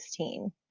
2016